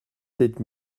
sept